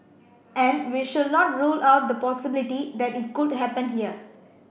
and we should not rule out the possibility that it could happen here